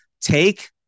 Take